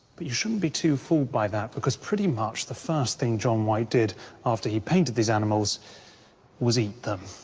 but you shouldn't be too fooled by that, because pretty much the first thing john white did after he painted these animals was eat them.